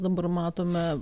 dabar matome